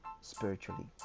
spiritually